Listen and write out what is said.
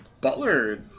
Butler